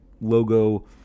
logo